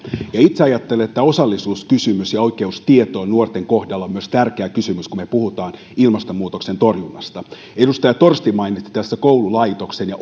itse ajattelen että myös osallisuuskysymys ja oikeus tietoon nuorten kohdalla on tärkeä kysymys kun me puhumme ilmastonmuutoksen torjunnasta edustaja torsti mainitsi tässä koululaitoksen ja